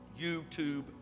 YouTube